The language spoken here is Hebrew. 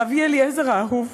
לאבי אליעזר האהוב,